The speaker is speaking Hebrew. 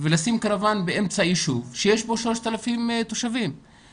ולשים קרוואן באמצע יישוב שיש בו 3,000 תושבים,